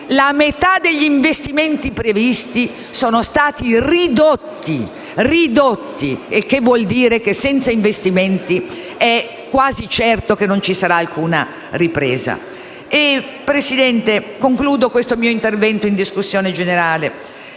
la metà degli investimenti previsti sono stati ridotti, il che vuole dire che senza investimenti è quasi certo che non ci sarà alcuna ripresa. Presidente, concludo questo mio intervento in discussione generale,